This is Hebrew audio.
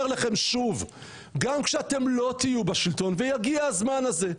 לכם שוב שגם כשאתם לא תהיו בשלטון ויגיע הזמן הזה,